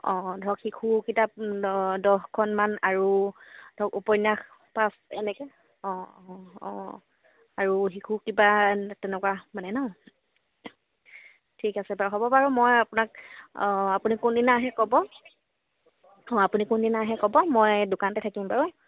অঁ ধৰক শিশু কিতাপ দহ দহখনমান আৰু ধৰক উপন্যাস পাঁচ এনেকৈ অঁ অঁ অঁ আৰু শিশু কিবা তেনেকুৱা মানে ন ঠিক আছে বাৰু হ'ব বাৰু মই আপোনাক আপুনি কোনদিনা আহে ক'ব অঁ আপুনি কোনদিনা আহে ক'ব মই দোকানতে থাকিম বাৰু